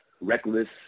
reckless